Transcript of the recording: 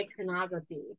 iconography